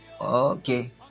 okay